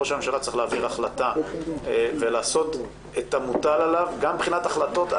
ראש הממשלה צריך להעביר החלטה ולעשות את המוטל עליו גם מבחינת החלטות,